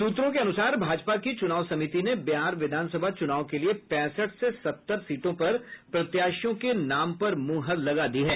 सूत्रों के अनूसार भाजपा की चुनाव समिति ने बिहार विधानसभा चुनाव के लिए पैंसठ से सत्तर सीटों पर प्रत्याशियों के नाम पर मुहर लगा दी है